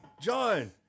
John